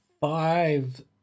Five